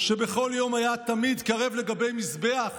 שבכל יום היה תמיד קרב לגבי מזבח